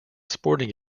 sporting